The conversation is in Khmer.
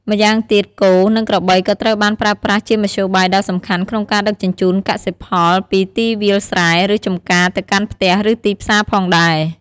ម្យ៉ាងទៀត គោ និងក្របីក៏ត្រូវបានប្រើប្រាស់ជាមធ្យោបាយដ៏សំខាន់ក្នុងការដឹកជញ្ជូនកសិផលពីទីវាលស្រែ ឬចំការទៅកាន់ផ្ទះឬទីផ្សារផងដែរ។